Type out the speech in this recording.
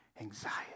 anxiety